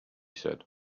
said